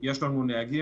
יש לנו נהגים,